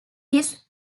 his